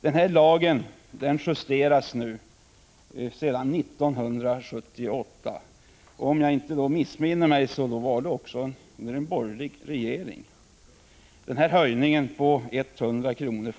Denna lag justeras nu för första gången sedan 1978. Om jag inte missminner mig skedde det under en borgerlig regering. Denna höjning på 100 kr.